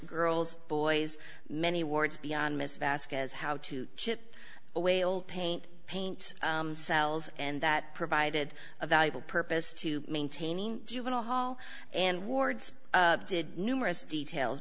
girls boys many words beyond mr vasquez how to chip away old paint paint cells and that provided a valuable purpose to maintaining juvenile hall and wards did numerous detail